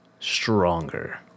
Stronger